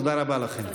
תודה רבה לכם.